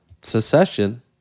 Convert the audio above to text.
secession